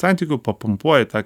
santykių papumpuoji tą